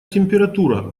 температура